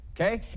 okay